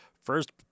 first